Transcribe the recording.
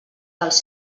dels